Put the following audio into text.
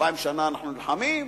2,000 שנה אנחנו נלחמים,